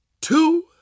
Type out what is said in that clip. two